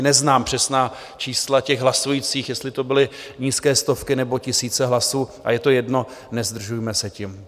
Neznám přesná čísla těch hlasujících, jestli to byly nízké stovky nebo tisíce hlasů, a je to jedno, nezdržujme se tím.